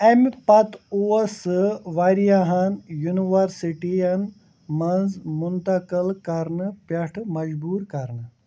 اَمہِ پتہٕ اوس سُہ واریاہن یونیورسٹیٖین منٛز منتقل کرنس پٮ۪ٹھ مجبوٗر کرنہٕ